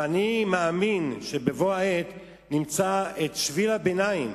ואני מאמין שבבוא העת נמצא את שביל הביניים,